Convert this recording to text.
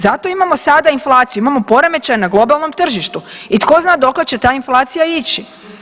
Zato imamo sada inflaciju, imamo poremećaje na globalnom tržištu i tko zna dokle će ta inflacija ići.